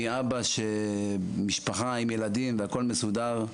מאבא בעל משפחה עם ילדים והכול מסודר,